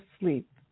sleep